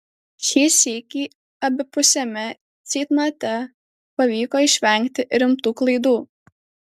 šį sykį abipusiame ceitnote pavyko išvengti rimtų klaidų